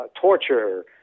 torture